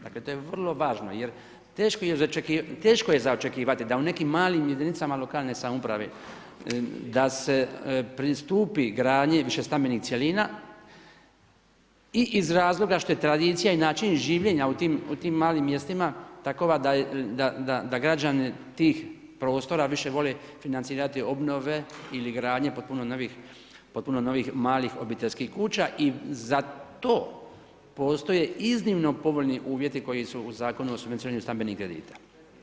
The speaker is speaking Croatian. Dakle to je vrlo važno jer teško je za očekivati da u nekim malim jedinicama lokalne samouprave da se pristupi gradnji više stambenih cjelina i iz razloga što je tradicija i način življenja u tim malim mjestima takova da građani tih prostora više vole financirati obnove ili gradnje potpuno novih malih obiteljskih kuća i za to postoje iznimno povoljni uvjeti koji su u Zakonu o subvencioniranju stambenih kredita.